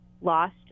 lost